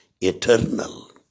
eternal